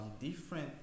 different